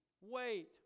wait